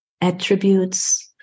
attributes